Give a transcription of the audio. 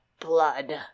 blood